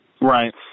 Right